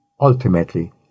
ultimately